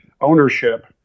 ownership